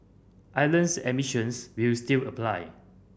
islands admissions will still apply